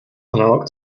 analog